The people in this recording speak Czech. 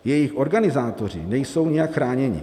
Jejich organizátoři nejsou nijak chráněni.